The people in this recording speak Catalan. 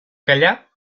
callar